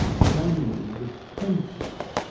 the dining-room is a temple!